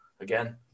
again